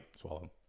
swallow